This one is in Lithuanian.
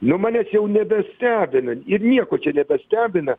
nu manęs jau nebestebina ir nieko čia nebestebina